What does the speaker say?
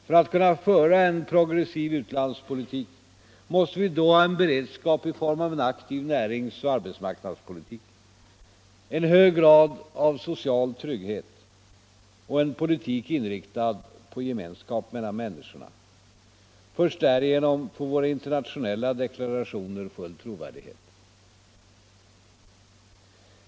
För att kunna föra en progressiv u-landspolitik måste vi då ha en beredskap i form av en aktiv näringsoch arbetsmarknadspolitik, en hög grad av social trygghet och en politik inriktad på gemenskap mellan människorna. Först därigenom får våra internationella deklarationer full trovärdighet.